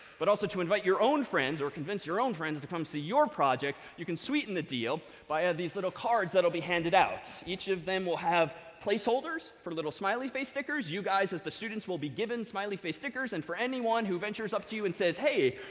but also to invite your own friends, or convince your own friends to come see your project. you can sweeten the deal by ah these little cards that will be handed out. each of them will have placeholders for little smiley face stickers. you guys as the students will be given smiley face stickers. and for anyone who ventures up to you and says, hey,